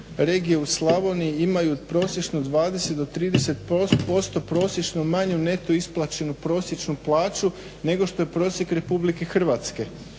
regije u Slavoniji imaju prosječno 20 do 30% prosječno manju neto isplaćenu prosječnu plaću nego što je prosjek RH. tako